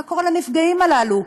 מה קורה לנפגעים הללו?